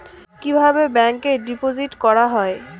কিভাবে ব্যাংকে ডিপোজিট করা হয়?